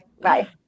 Bye